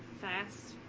fast